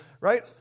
right